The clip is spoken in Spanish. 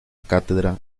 cátedra